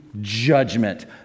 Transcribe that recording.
judgment